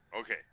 Okay